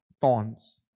thorns